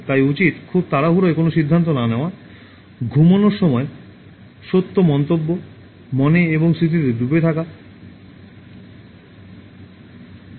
তাই উচিৎ খুব তাড়াহুড়োয় কোনও সিদ্ধান্ত না নেওয়া ঘুমানোর সময় সত্য মন্তব্য মনে এবং স্মৃতিতে ডুবে যাওয়া